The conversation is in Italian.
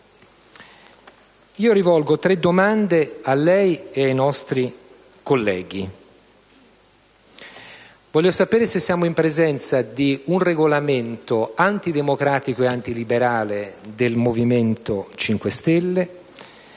signor Presidente, e ai nostri colleghi. Voglio sapere se siamo in presenza di un regolamento antidemocratico e antiliberale del Movimento 5 Stelle.